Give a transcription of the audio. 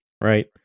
right